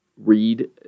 read